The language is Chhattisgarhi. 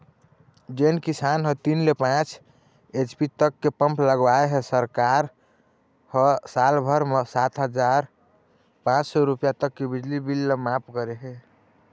जेन किसान ह तीन ले पाँच एच.पी तक के पंप लगवाए हे सरकार ह साल भर म सात हजार पाँच सौ रूपिया तक के बिजली बिल ल मांफ करे हे